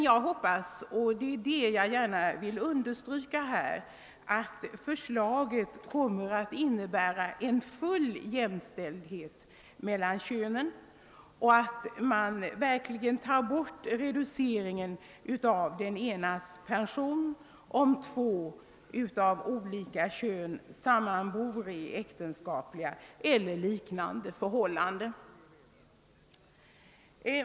Jag hoppas att det förslaget kommer att innebära full jämställdhet mellan könen genom att man avskaffar den reducering som nu göres av den enes pension, om två människor av olika kön sammanbor i äktenskapliga eller liknande förhållanden.